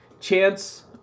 chance